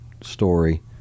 story